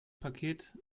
paket